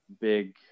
Big